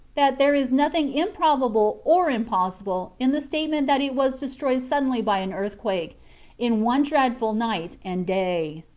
that there is nothing improbable or impossible in the statement that it was destroyed suddenly by an earthquake in one dreadful night and day.